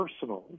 personally